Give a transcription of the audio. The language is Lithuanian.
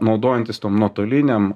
naudojantis tom nuotolinėm